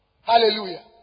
Hallelujah